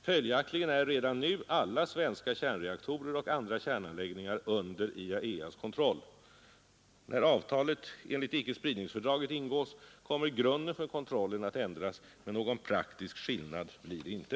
Följaktligen är redan nu alla svenska kärnreaktorer och andra kärnanläggningar under IAEA:s kontroll. När avtalet enligt icke-spridningsfördraget ingås kommer grunden för kontrollen att ändras, men någon praktisk skillnad blir det inte.